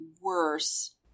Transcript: worse